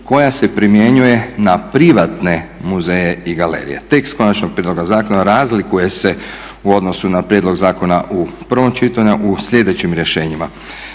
koja se primjenjuje na privatne muzeje i galerije. Tekst konačnog prijedloga zakona razlikuje se u odnosu na prijedlog zakona u prvom čitanju u sljedećim rješenjima.